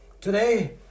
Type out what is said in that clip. Today